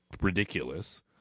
ridiculous